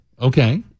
Okay